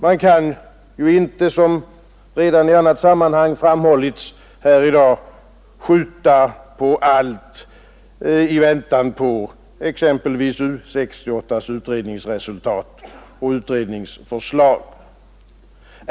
Man kan inte, som redan i annat sammanhang framhållits här i dag, skjuta på allt i väntan på exempelvis U 68:s utredningsresultat och förslag.